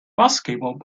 basketball